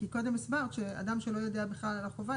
כי קודם הסברת שאדם שלא יודע בכלל על החובה,